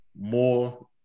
more